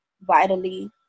vitally